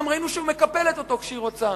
ראינו שהיא גם מקפלת אותו כשהיא רוצה,